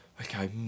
okay